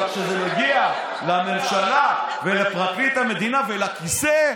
אבל כשזה מגיע לממשלה ולפרקליט המדינה ולכיסא,